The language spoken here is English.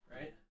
right